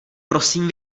prosím